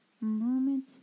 moment